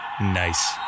Nice